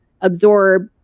absorb